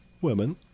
women